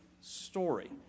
story